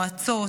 מועצות,